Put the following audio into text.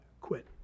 quit